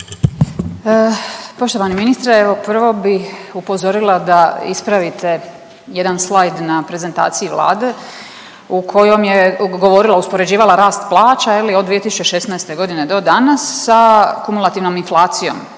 Poštovani ministre evo prvo bi upozorila da ispravite jedan slajd na prezentaciji Vlade u kojem je govorila uspoređivala rast plaća je li od 2016. godine do danas sa kumulativnom inflacijom.